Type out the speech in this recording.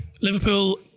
Liverpool